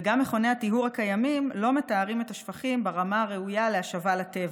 וגם מכוני הטיהור הקיימים לא מטהרים את השפכים ברמה הראויה להשבה לטבע.